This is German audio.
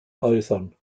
äußern